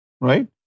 right